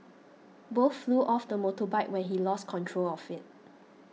both flew off the motorbike when he lost control of it